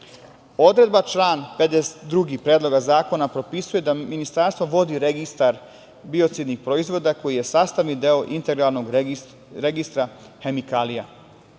člana 52. Predloga zakona propisuje da Ministarstvo vodi Registar biocidnih proizvoda koji je sastavni deo integralnog registra hemikalija. Na